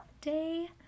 day